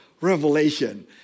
revelation